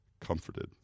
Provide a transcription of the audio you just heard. comforted